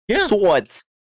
swords